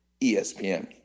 ESPN